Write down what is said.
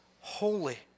holy